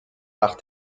nach